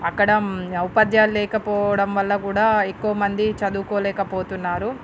అక్కడ ఉపాధ్యాయులు లేకపోవడం వల్ల కూడా ఎక్కువమంది చదువుకోలేకపోతున్నారు